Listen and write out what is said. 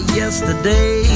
yesterday